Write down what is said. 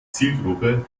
zielgruppe